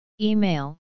Email